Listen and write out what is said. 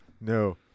No